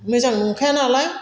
मोजां नंखाया नालाय